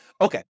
Okay